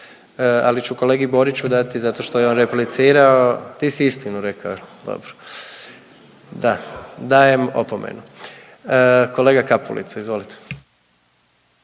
ali ću kolegi Boriću dati zato što je on replicirao. Ti si istinu rekao je li? Dobro, da, dajem opomenu. Kolega Kapulica, izvolite.